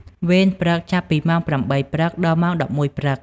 វេនព្រឹក ចាប់ពីម៉ោង ៨ ព្រឹក ដល់ម៉ោង ១១ ព្រឹក។